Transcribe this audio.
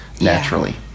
naturally